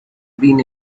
been